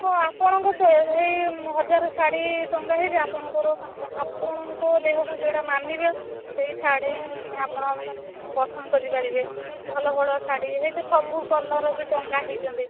ତ ଆପଣଙ୍କ ତ ସେଇ ହଜାରେ ଶାଢ଼ୀ ଟଙ୍ଗା ହେଇଛି ଆପଣଙ୍କର ଆପଣଙ୍କ ଦେହକୁ ଯୋଉଟା ମାନିବ ସେଇ ଶାଢ଼ୀ ହିଁ ଆପଣ ଉଁ ପସନ୍ଦ କରିପାରିବେ ଭଲ ଭଲ ଶାଢ଼ୀ ହେଇତ ସବୁ କଲର୍ ବି ଟଙ୍ଗା ହେଇଛନ୍ତି